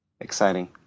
Exciting